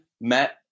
met